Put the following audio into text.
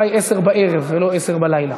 גם לאדוני אנחנו מזכירים שהשעה היא עשר בלילה.